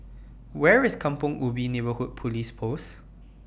Where IS Kampong Ubi Neighbourhood Police Post